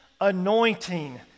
anointing